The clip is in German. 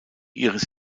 iris